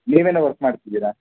ನೀವೇನು ವರ್ಕ್ ಮಾಡ್ತಿದ್ದೀರಾ